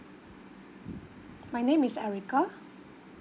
my name is erica